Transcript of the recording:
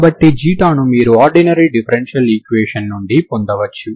కాబట్టి ξ ను మీరు ఆర్డినరీ డిఫరెన్షియల్ ఈక్వేషన్ నుండి పొందవచ్చు